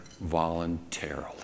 voluntarily